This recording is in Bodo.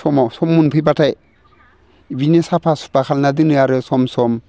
समाव सम मोनफैबाथाय बिदिनो साफा सुफा खालामना दोनो आरो सम सम